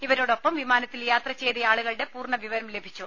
ഇവരോടൊപ്പം വിമാനത്തിൽ യാത്രം ചെയ്തയാളുകളുടെ പൂർണവിവരം ലഭിച്ചു